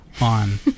on